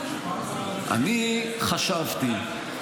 אני חשבתי,